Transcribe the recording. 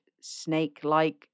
snake-like